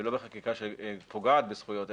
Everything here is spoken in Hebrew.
ולא בחקיקה שפוגעת בזכויות,